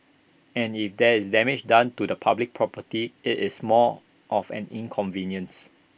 and if there is damage done to public property IT is more of an inconvenience